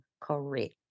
correct